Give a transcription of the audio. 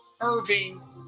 Irving